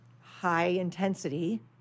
high-intensity